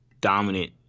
dominant